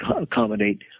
accommodate